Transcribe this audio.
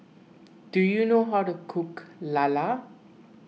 do you know how to cook Lala